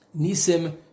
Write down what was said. nisim